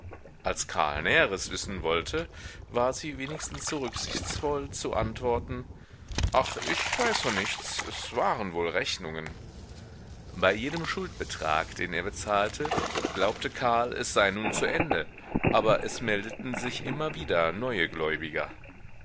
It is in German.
als karl näheres wissen wollte war sie wenigstens so rücksichtsvoll zu antworten ach ich weiß von nichts es waren wohl rechnungen bei jedem schuldbetrag den er bezahlte glaubte karl es sei nun zu ende aber es meldeten sich immer wieder neue gläubiger